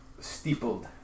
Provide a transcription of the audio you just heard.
Steepled